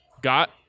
got